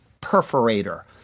perforator